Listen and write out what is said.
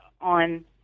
on